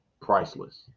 Priceless